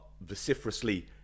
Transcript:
vociferously